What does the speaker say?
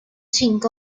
进攻